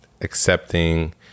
accepting